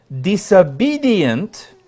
disobedient